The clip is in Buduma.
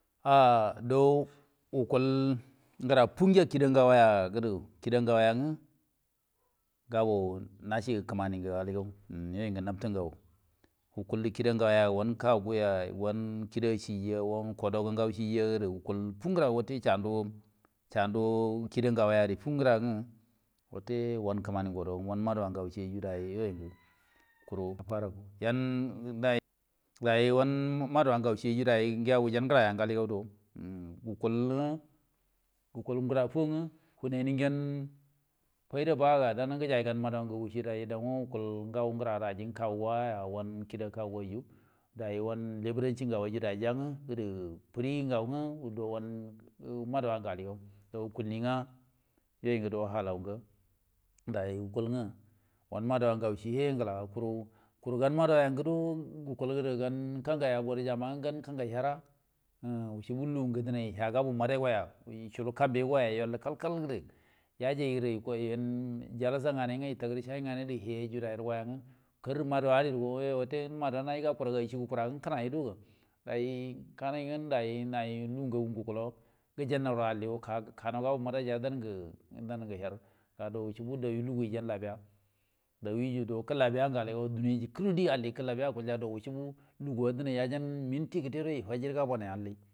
Au dow wukal ngəfu gəa kida ngawaya ng alligaw um yəyu ngə manto ngaw wukul də kida ngawaya wan kagu ya wan kida cieya, wan kwadugo ngaw cieya gərə wukul fungəra ngə wate sabiso, sandu sandu kida ngawayari fungəra ngwə wate wa kəməni ngədo wan maduwa day wun maduwa ngaw ciengyu gəa wujau ngəra do uhm wukul rə, guku gəfu ngwə lu nagui gyen fayda ba ga dan gəjay gan maduwa ngagu cieyna yu dayya daw ngwə wukul gaw gəra gərə aji ngə kaguwa ya ga wan kida kaga ayyu day wan leburandu ngawan rə dayya ngwə gərə fəri ngaw ngwə dow wan maduwa ngə aligaw dow kulli nga yəyu ngə dow hallangə day wukul ngwə wan maduwgaw ciey, kuru gan maduwa yan guro, gakul gərə gan kangay a funu jama ngwə gan kangai herra uh wucebu lugungə dənay ha gabo maday goya yuculu kambigə goya denan yuallu kal kal gərə, yajay gərə yan jalaja nganay ngwə yətəgərə shanyi nganay gərə hie agro day guro yangwə, karrə maduwari guro, yoyu naji gukuragə ga ajicie gukuragə ngwə kənay guroga, kanay day na rə lugu njagu ngwə gukullaw gəjannawrə alligo kanaw gabow maday ya dangə hər ga wuce bu dawrə lugu yəjan labiya, dani yo do kəllabiya ngə aligaw duniya jəkə guəro ie alligaw gə kəllabiya do wuce lugu dona yajan minti gəta guro yəfajirə gabaw nay alli.